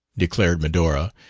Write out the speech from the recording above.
declared medora,